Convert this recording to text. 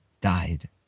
died